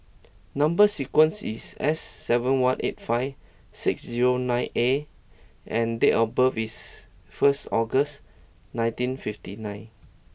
number sequence is S seven one eight five six zero nine A and date of birth is first August nineteen fifty nine